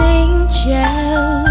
angel